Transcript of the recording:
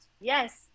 Yes